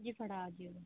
ਜੀ ਫੜ੍ਹਾ ਜਿਓ